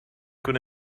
good